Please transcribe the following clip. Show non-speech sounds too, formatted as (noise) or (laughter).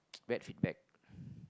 (noise) bad feedback